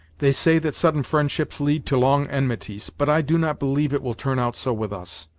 they say that sudden friendships lead to long enmities, but i do not believe it will turn out so with us.